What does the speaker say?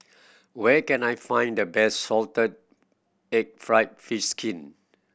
where can I find the best salted egg fried fish skin